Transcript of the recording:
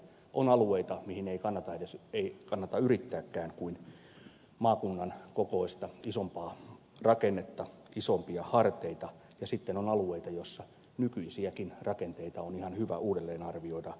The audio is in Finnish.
on alueita mihin ei kannata yrittääkään kuin maakunnan kokoista isompaa rakennetta isompia harteita ja sitten on alueita joilla nykyisiäkin rakenteita on ihan hyvä uudelleenarvioida ja purkaa